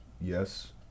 Yes